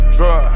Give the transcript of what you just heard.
Drug